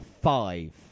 five